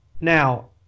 Now